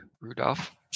Rudolph